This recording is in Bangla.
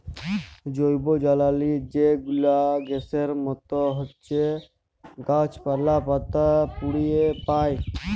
জৈবজ্বালালি যে গুলা গ্যাসের মত হছ্যে গাছপালা, পাতা পুড়িয়ে পায়